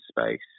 space